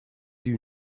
you